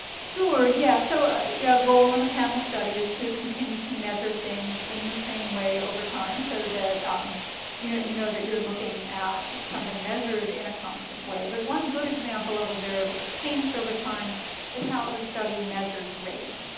sure, yes. so, a yeah goal in a panel study is to continue to measure things in the same way over time so that um yeah you know that youre looking at something measured in a constant way. but one good example of a variable thats changed over time is how the study measures race.